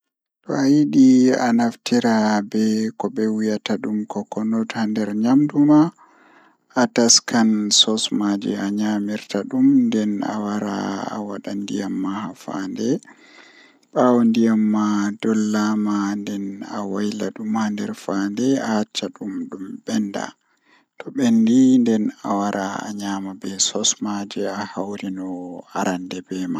Zaane don geera don woittina nokkure amin ngam don woitina dum masin, Ɗon wada dum hoosa hakkilo mabbe dasa hakkilo himbe waroobe himbe egaa feere ma to andi woodi kobe warata be laara boddum be waran be tokkan yobugo ceede ngam be nasta be laara haamon.